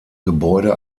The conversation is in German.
gebäude